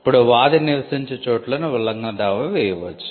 ఇప్పుడు 'వాది' నివసించే చోటులోనే ఉల్లంఘన దావా వేయవచ్చు